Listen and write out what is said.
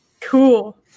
Cool